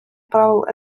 правил